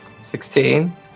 Sixteen